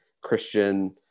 christian